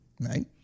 right